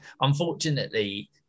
Unfortunately